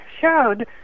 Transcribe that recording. showed